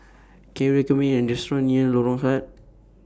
Can YOU recommend Me A Restaurant near Lorong Sahad